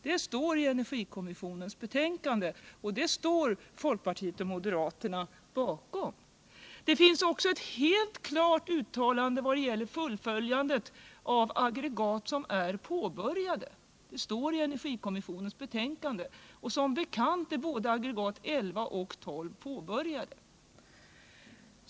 Detta står i energikommissionens betänkande, och det står folkpartiet och moderaterna bakom. Det finns också ett helt klart uttalande att de aggregat som är påbörjade skall fullföljas. Det står i energikommissionens betänkande, och som bekant är både aggregat 11 och 12 påbörjade.